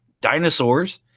dinosaurs